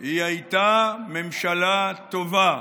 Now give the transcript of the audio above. היא הייתה ממשלה טובה.